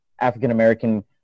African-American